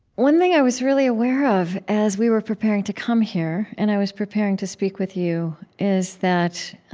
one thing i was really aware of as we were preparing to come here, and i was preparing to speak with you, is that